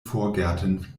vorgärten